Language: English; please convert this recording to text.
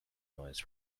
noise